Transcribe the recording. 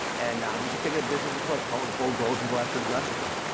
and um we just take a business approach, come up with bold goals and go after it aggressively.